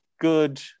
good